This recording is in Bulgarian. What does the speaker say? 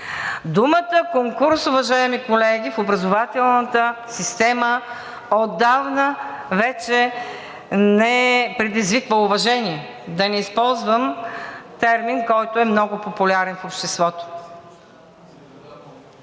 думата „конкурс“, уважаеми колеги, в образователната система отдавна вече не предизвиква уважение. Да не използвам термин, който е много популярен в обществото.